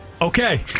Okay